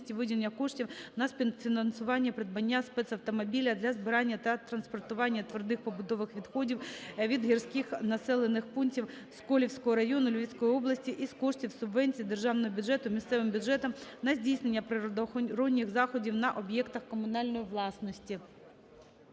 виділення коштів на співфінансування придбання спецавтомобіля для збирання та транспортування твердих побутових відходів від гірських населених пунктів Сколівського району Львівської області із коштів субвенції з державного бюджету місцевим бюджетам на здійснення природоохоронних заходів на об'єктах комунальної власності.